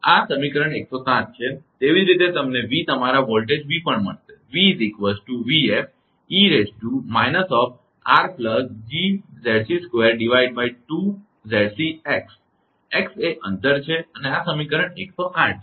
તેવી જ રીતે તમને v તમારા વોલ્ટેજ v પણ મળે છે x એ અંતર છે અને આ સમીકરણ 108 છે